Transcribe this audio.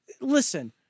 listen